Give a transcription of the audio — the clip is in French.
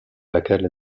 laquelle